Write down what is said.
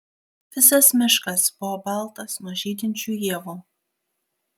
visas miškas buvo baltas nuo žydinčių ievų